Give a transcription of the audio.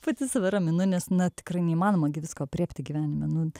pati save raminu nes na tikrai neįmanoma gi visko aprėpti gyvenime nu